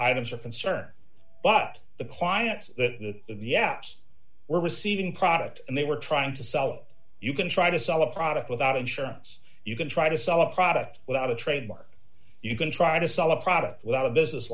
items are concerned but the client that the apps were receiving product they were trying to sell you can try to sell a product without insurance you can try to sell a product without a trademark you can try to sell a product without a business